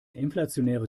inflationäre